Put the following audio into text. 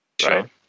Sure